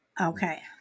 Okay